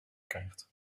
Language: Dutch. krijgt